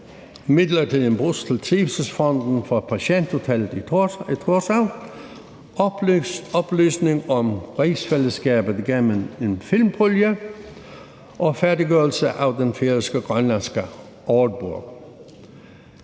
midler til en bus til Trivselsfonden for Patienthotellet Torshavn, oplysning om rigsfællesskabet gennem en filmpulje og færdiggørelsen af den færøsk-grønlandske ordbog.